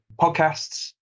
podcasts